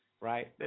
right